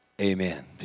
Amen